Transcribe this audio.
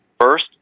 First